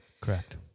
Correct